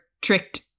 tricked